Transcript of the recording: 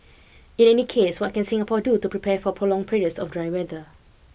in any case what can Singapore do to prepare forprolonged periods of dry weather